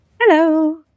Hello